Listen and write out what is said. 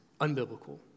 unbiblical